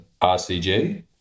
RCG